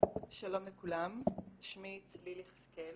שלום לכולם, שמי צליל יחזקאל,